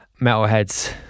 Metalheads